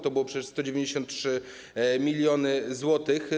To było przecież 193 mln zł.